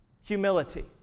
Humility